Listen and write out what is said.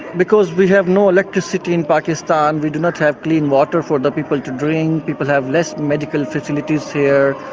because we have no electricity in pakistan, we do not have clean water for the people to drink, people have less medical facilities here.